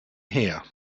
here